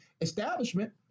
establishment